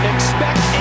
Expect